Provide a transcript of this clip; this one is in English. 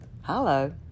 hello